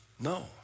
no